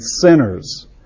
sinners